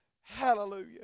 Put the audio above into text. Hallelujah